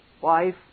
Wife